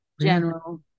General